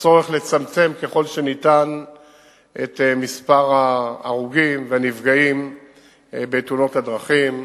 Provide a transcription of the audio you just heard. הצורך לצמצם ככל שניתן את מספר ההרוגים והנפגעים בתאונות הדרכים.